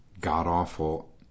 god-awful